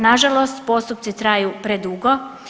Na žalost postupci traju predugo.